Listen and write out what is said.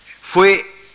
fue